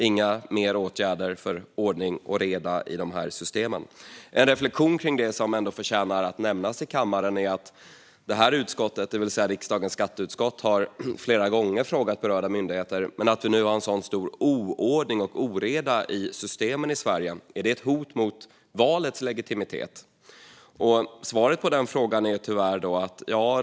Inga fler åtgärder för ordning och reda i de här systemen!" En reflektion kring det som förtjänar att göras i kammaren är att det här utskottet, det vill säga riksdagens skatteutskott, flera gånger har frågat berörda myndigheter: Att vi nu har en sådan stor oordning och oreda i systemen i Sverige, är det ett hot mot valets legitimitet? Svaret på den frågan är tyvärr ja.